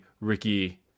Ricky